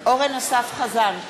אורן אסף חזן,